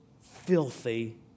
filthy